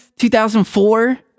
2004